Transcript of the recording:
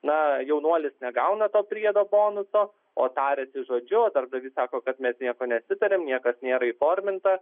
na jaunuolis negauna to priedo bonuso o tariasi žodžiu o darbdavys sako kad mes nieko nesitarėm niekas nėra įforminta